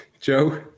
Joe